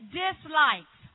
dislikes